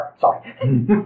Sorry